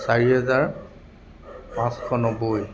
চাৰি হেজাৰ পাঁচশ নব্বৈ